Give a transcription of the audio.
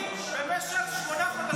עשה למען המאמץ המלחמתי במשך שמונה חודשים.